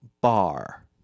bar